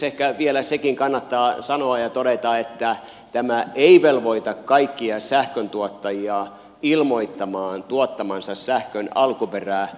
ehkä vielä sekin kannattaa sanoa ja todeta että tämä ei velvoita kaikkia sähkön tuottajia ilmoittamaan tuottamansa sähkön alkuperää